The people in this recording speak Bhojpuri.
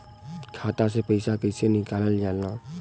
खाता से पैसा कइसे निकालल जाला?